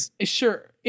Sure